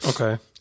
Okay